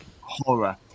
horror